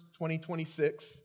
2026